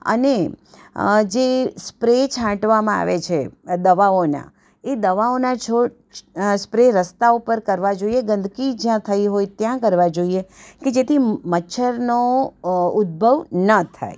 અને જે સ્પ્રે છાંટવામાં આવે છે દવાઓના એ દવાઓના જો સ્પ્રે રસ્તા ઉપર કરવા જોઈએ ગંદકી જ્યાં થઈ હોય ત્યાં કરવા જોઈએ કે જેથી મચ્છરનો ઉદ્ભવ ન થાય